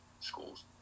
schools